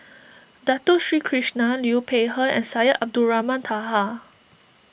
Dato Sri Krishna Liu Peihe and Syed Abdulrahman Taha